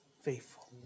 faithful